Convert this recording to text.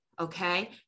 okay